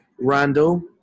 Randall